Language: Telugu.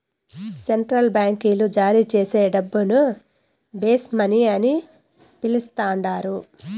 సెంట్రల్ బాంకీలు జారీచేసే డబ్బును బేస్ మనీ అని పిలస్తండారు